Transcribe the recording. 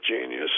genius